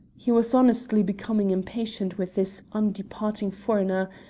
he was honestly becoming impatient with this undeparting foreigner,